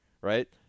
right